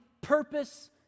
purpose